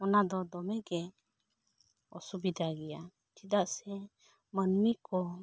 ᱚᱱᱟ ᱫᱚ ᱫᱚᱢᱮᱜᱮ ᱚᱥᱩᱵᱤᱫᱟ ᱜᱮᱭᱟ ᱪᱮᱫᱟᱜ ᱥᱮ ᱢᱟᱹᱱᱢᱤᱠᱚ